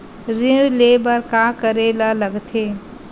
ऋण ले बर का करे ला लगथे?